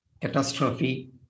catastrophe